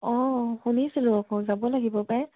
অঁ শুনিছিলোঁ যাব লাগিব পায়